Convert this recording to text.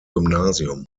gymnasium